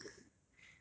I bloody hate him